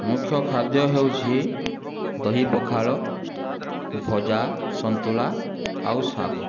ମୁଖ୍ୟ ଖାଦ୍ୟ ହେଉଛି ଦହି ପଖାଳ ଭଜା ସନ୍ତୁଳା ଆଉ ଶାଗ